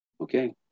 okay